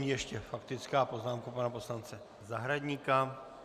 Ještě faktická poznámka pana poslance Zahradníka.